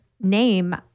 name